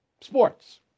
Sports